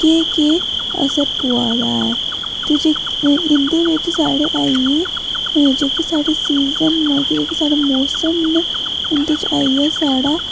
केह् केह् असर पोआ दा ऐ ते इं'दे बिच्च साढ़ै आई गे जेह्के साढ़ै सीजन न साढ़े जेह्के मौसम न उं'दे च आई गेआ साढ़ा